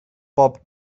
bob